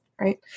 Right